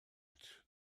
and